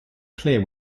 clear